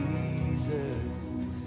Jesus